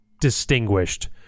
distinguished